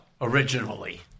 Originally